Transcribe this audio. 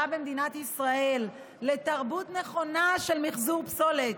במדינת ישראל לתרבות נכונה של מחזור פסולת,